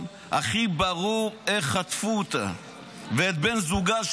הכי ברור איך חטפו אותה ואת בן זוגה,